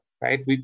right